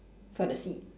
for the seed